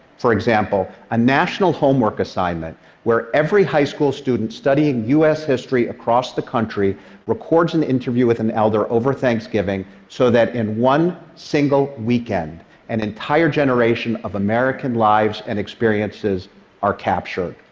for example, a national homework assignment where every high school student studying u s. history across the country records an interview with an elder over thanksgiving, so that in one single weekend an entire generation of american lives and experiences are captured.